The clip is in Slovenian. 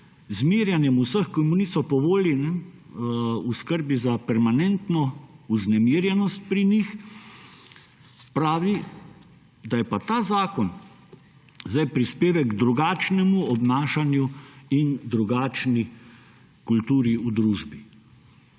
zmerjanjem vseh, ki mu niso po volji, v skrbi za permanentno vznemirjenost pri njih pravi, da je pa ta zakon prispevek k drugačnemu obnašanju in drugačni kulturi v družbi.